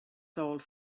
sold